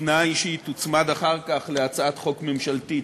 ובתנאי שהיא תוצמד אחר כך להצעת חוק ממשלתית,